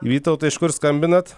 vytautai iš kur skambinat